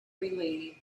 relieved